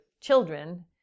children